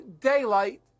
daylight